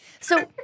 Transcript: So-